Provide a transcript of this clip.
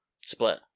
split